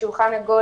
בשולחן עגול